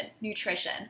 nutrition